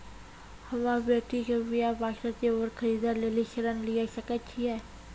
हम्मे बेटी के बियाह वास्ते जेबर खरीदे लेली ऋण लिये सकय छियै?